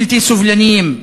בלתי סובלניים,